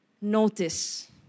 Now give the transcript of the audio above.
notice